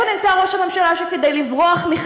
מנהל את המדינה.